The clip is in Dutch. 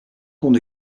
kon